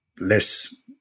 less